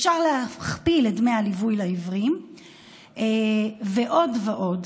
אפשר להכפיל את דמי הליווי לעיוורים ועוד ועוד.